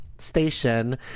station